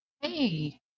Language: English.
Hey